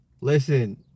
listen